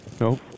Nope